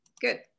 good